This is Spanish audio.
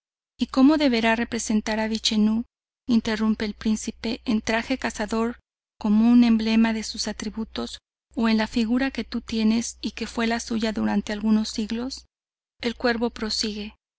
y como deberá representar a vichenú interrumpe el príncipe en traje de cazador como un emblema de sus atributos o en la figura que tu tienes y que fue la suya durante algunos siglos el cuervo prosigue